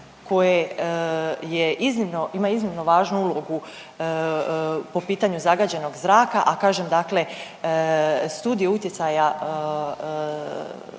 ima iznimno važnu ulogu po pitanju zagađenog zraka, a kažem dakle studije utjecaja zraka